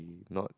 not